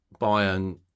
Bayern